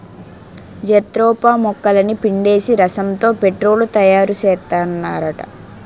jatropha మొక్కలని పిండేసి రసంతో పెట్రోలు తయారుసేత్తన్నారట